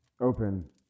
Open